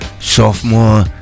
Sophomore